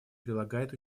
прилагает